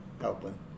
helping